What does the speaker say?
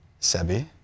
Sebi